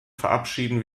verabschieden